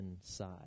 inside